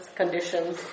conditions